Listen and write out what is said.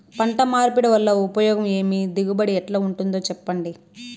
పంట మార్పిడి వల్ల ఉపయోగం ఏమి దిగుబడి ఎట్లా ఉంటుందో చెప్పండి?